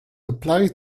apply